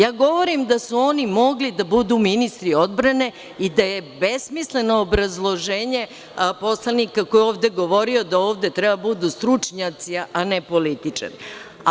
Ja govorim da su oni mogli da budu ministri odbrane i da je besmisleno obrazloženje poslanika koji je ovde govorio da ovde treba da budu stručnjaci a ne političari.